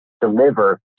deliver